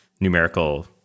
numerical